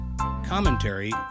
commentary